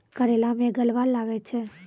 करेला मैं गलवा लागे छ?